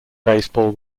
baseball